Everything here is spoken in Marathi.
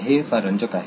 हे फार रंजक आहे